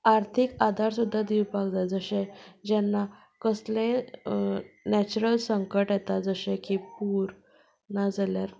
आर्थीक आदार सुद्दां दिवपाक जाय जशें जेन्ना कसलेंय नेच्युरल संकट येता जशें की पुर ना जाल्यार